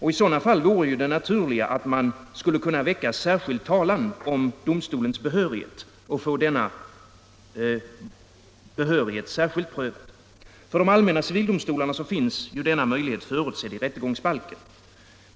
I sådana fall vore det naturligt att man skulle kunna väcka särskild talan om domstolens behörighet och få den särskilt prövad. För de allmänna civildomstolarna finns denna möjlighet förutsedd i rättegångsbalken.